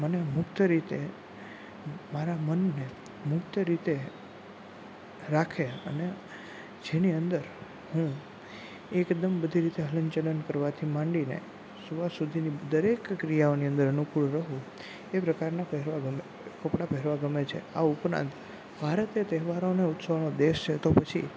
મને મુક્ત રીતે મારા મનને મુક્ત રીતે રાખે અને જેની અંદર હું એકદમ બધી રીતે હલન ચલન કરવાથી માંડીને સુવા સુધીની દરેક ક્રિયાઓની અંદર અનુકૂળ રહું તે પ્રકારનાં કપડાં ગમે તે પ્રકારના પહેરવાં ગમે છે આ ઉપરાંત ભારત એ તહેવારો અને ઉત્સવોનો દેશ છે તો પછી